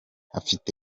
afite